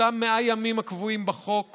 אותם 100 ימים הקבועים בחוק